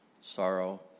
Sorrow